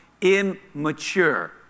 immature